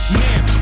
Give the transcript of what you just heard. man